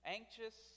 Anxious